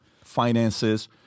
finances